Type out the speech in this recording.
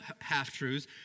half-truths